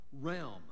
realm